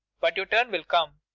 but your turn will come.